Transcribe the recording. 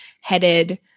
headed